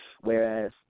Whereas